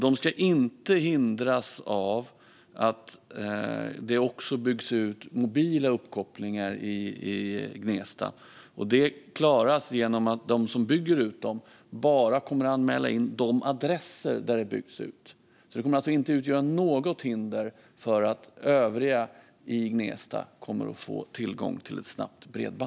Det ska inte hindras av att det också byggs ut mobila uppkopplingar i Gnesta, och det klaras genom att de som bygger ut dessa lösningar bara kommer att anmäla de adresser där det byggs ut. Det kommer alltså inte att utgöra något hinder för ett snabbt bredband för övriga i Gnesta.